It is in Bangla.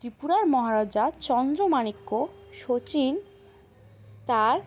ত্রিপুরার মহারাজা চন্দ্রমাণিক্য শচীন তার